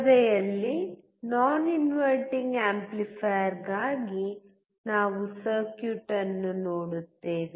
ಪರದೆಯಲ್ಲಿ non inverting ಆಂಪ್ಲಿಫೈಯರ್ಗಾಗಿ ನಾವು ಸರ್ಕ್ಯೂಟ್ ಅನ್ನು ನೋಡುತ್ತೇವೆ